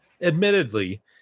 admittedly